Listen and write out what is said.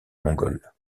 mongol